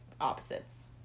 opposites